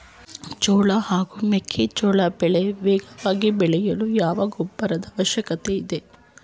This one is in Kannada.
ಜೋಳ ಹಾಗೂ ಮೆಕ್ಕೆಜೋಳ ಬೆಳೆ ವೇಗವಾಗಿ ಬೆಳೆಯಲು ಯಾವ ಗೊಬ್ಬರದ ಅವಶ್ಯಕತೆ ಇದೆ?